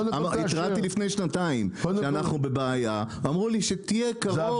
התרעתי לפני שנתיים שאנחנו בבעיה ואמרו לי שתהיה קרוב נטפל בך.